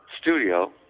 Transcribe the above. studio